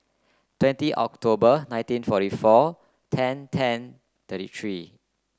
twenty October nineteen forty four ten ten thirty three